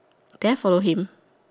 did I follow him